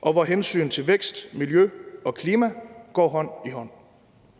og hvor hensynet til vækst, miljø og klima går hånd i hånd.